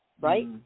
right